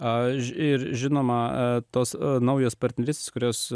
aš ir žinoma tos naujos partnerystės kurios